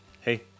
hey